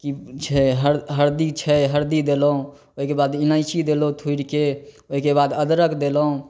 की छै हर हरदी छै हरदी देलहुॅं ओहिके बाद इलायची देलहुॅं फोड़िके ओहिके बाद अदरक देलहुॅं